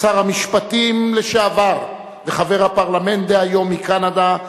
שר המשפטים לשעבר וחבר הפרלמנט דהיום מקנדה,